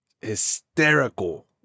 hysterical